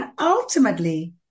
ultimately